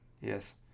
Yes